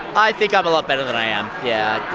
i think i'm a lot better than i am, yeah.